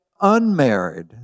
unmarried